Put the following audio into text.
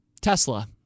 Tesla